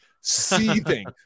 seething